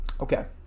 Okay